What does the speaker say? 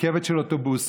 רכבת של אוטובוסים,